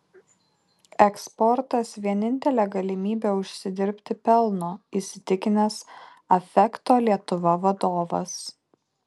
eksportas vienintelė galimybė užsidirbti pelno įsitikinęs affecto lietuva vadovas